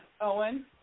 Owen